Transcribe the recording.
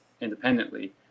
independently